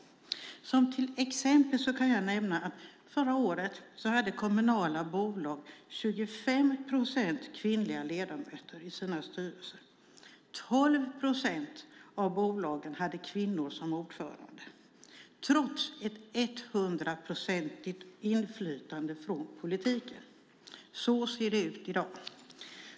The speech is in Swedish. Som exempel kan jag nämna att förra året hade kommunala bolag 25 procent kvinnliga ledamöter i sina styrelser. 12 procent av bolagen hade kvinnor som ordförande - trots hundraprocentigt inflytande från politiken. Så ser det ut i dag.